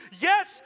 yes